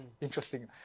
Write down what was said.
interesting